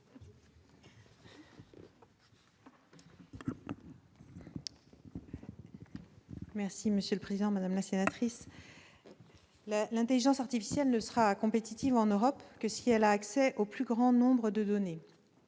secrétaire d'État. Madame la sénatrice, l'intelligence artificielle ne sera compétitive en Europe que si elle a accès au plus grand nombre de données.